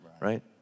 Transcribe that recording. Right